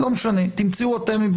תמצאו אתם,